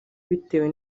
bitewe